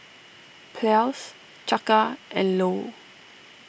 Ples Chaka and Lou